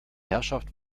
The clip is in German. herrschaft